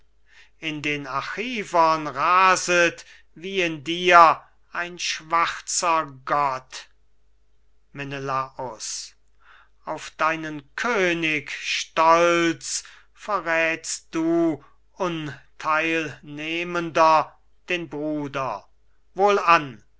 in den achivern raset wie in dir ein schwarzer gott menelaus auf deinen könig stolz verräthst du untheilnehmender den bruder wohlan